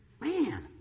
Man